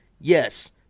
yes